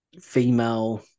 female